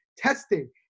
testing